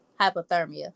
hypothermia